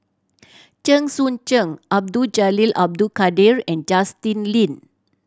Chen Sucheng Abdul Jalil Abdul Kadir and Justin Lean